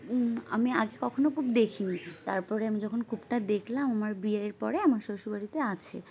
আমি আগে কখনও কূপ দেখিনি তারপরে আমি যখন কূপটা দেখলাম আমার বিয়ের পরে আমার শ্বশুরবাড়িতে আছে